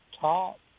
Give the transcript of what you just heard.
top